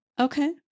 Okay